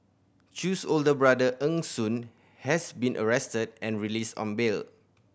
Chew's older brother Eng Soon has been arrested and released on bail